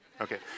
Okay